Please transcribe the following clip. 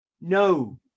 No